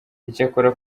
icyakora